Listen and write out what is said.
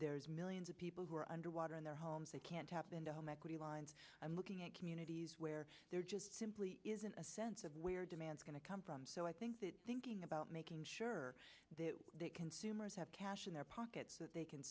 there's millions of people who are underwater in their homes they can't tap into home equity lines i'm looking at communities where there just simply isn't a sense of where demand going to come from so i think that thinking about making sure that consumers have cash in their pockets that